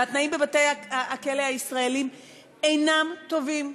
והתנאים בבתי-הכלא הישראליים אינם טובים.